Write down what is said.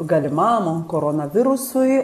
galimam koronavirusui